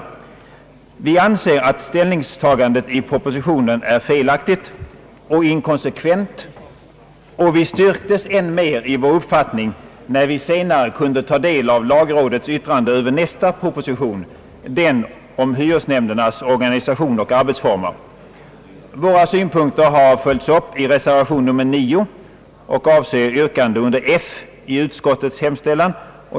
Vi anser att detta ställningstagande i propositionen är felaktigt och inkonsekvent och vi styrktes än mer i vår uppfattning, när vi senare kunde ta del av lagrådets yttran de över nästa proposition — den om hyresnämndernas organisation och arbetsformer. Våra synpunkter har följts upp i reservationen IX, som avser yrkandet under F i utskottets hemställan.